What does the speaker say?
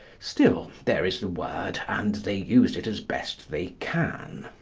still, there is the word, and they use it as best they can.